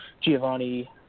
Giovanni